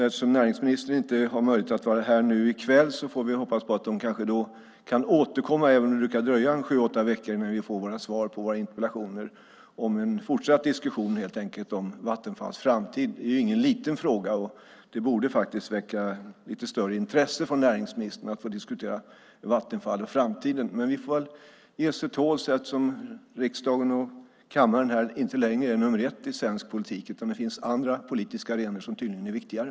Eftersom näringsministern inte har möjlighet att vara här nu i kväll får vi hoppas att hon kanske kan återkomma - även om det brukar dröja sju åtta veckor innan vi får svar på våra interpellationer - till en fortsatt diskussion om Vattenfalls framtid. Det är ingen liten fråga, och det borde väcka lite större intresse från näringsministern att diskutera Vattenfall och framtiden. Vi får väl ge oss till tåls eftersom riksdagen och kammaren inte längre är nummer ett i svensk politik utan det finns andra politiska arenor som tydligen är viktigare.